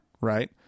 Right